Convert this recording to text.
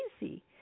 easy